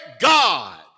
God